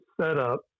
setup